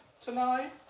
tonight